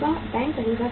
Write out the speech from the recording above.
bank कहेगा कि हां